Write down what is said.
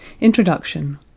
Introduction